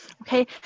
Okay